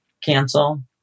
cancel